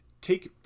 take